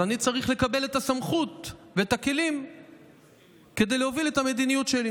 אני צריך לקבל את הסמכות ואת הכלים כדי להוביל את המדיניות שלי,